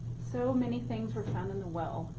so many things were found in the well,